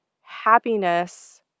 happiness